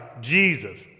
Jesus